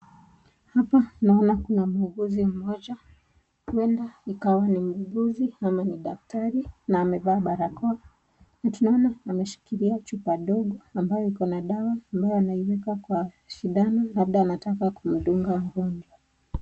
Hapa naona kuna muuguzi mmoja , huenda ikawa ni muuguzi ama ni daktari na amevaa barakoa, na tunaona ameshikilia chupa ndogo ambayo iko na dawa ambayo anaiweka kwenye sindano, labda anataka kumdunga mgonjwa.